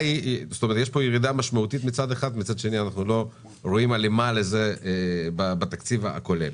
ירידה משמעותית שאנחנו לא רואים הלימה לזה בתקציב הכולל.